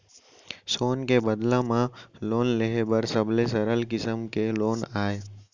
सोन के बदला म लोन लेहे हर सबले सरल किसम के लोन अय